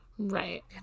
Right